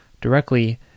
directly